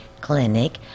Clinic